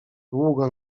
długo